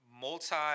multi